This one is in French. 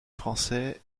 français